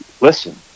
listen